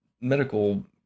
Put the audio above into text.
medical